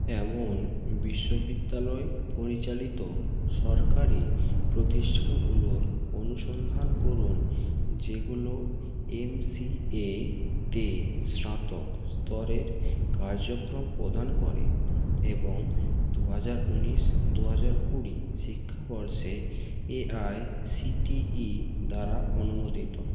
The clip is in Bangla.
এমন বিশ্ববিদ্যালয় পরিচালিত সরকারি প্রতিষ্ঠানগুলোর অনুসন্ধান করুন যেগুলো এম সি এ তে স্নাতক স্তরের কার্যক্রম প্রদান করে এবং দু হাজার উনিশ দু হাজার কুড়ি শিক্ষাবর্ষে A I C T E দ্বারা অনুমোদিত